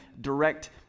direct